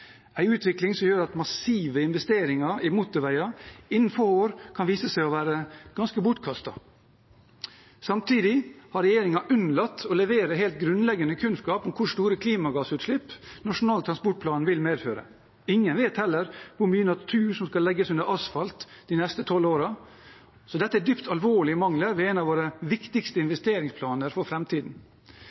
utvikling som gjør at massive investeringer i motorvei innen få år kan vise seg å være ganske bortkastet. Samtidig har regjeringen unnlatt å levere helt grunnleggende kunnskap om hvor store klimagassutslipp Nasjonal transportplan vil medføre. Ingen vet heller hvor mye natur som skal legges under asfalt de neste tolv årene. Dette er dypt alvorlige mangler ved en av våre viktigste investeringsplaner for